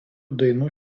dainų